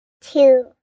Two